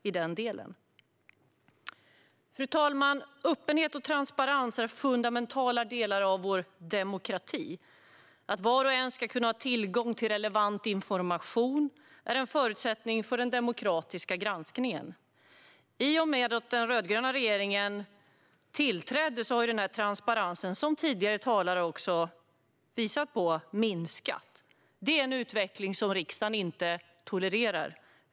Fru talman! Öppenhet och transparens är fundamentala delar av vår demokrati. Att var och en ska kunna ha tillgång till relevant information är en förutsättning för den demokratiska granskningen. I och med att den rödgröna regeringen tillträdde har denna transparens minskat, vilket även tidigare talare har visat på. Detta är en utveckling som riksdagen inte tolererar.